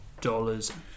dollars